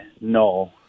no